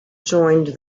joined